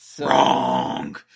Wrong